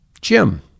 Jim